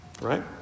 Right